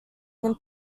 than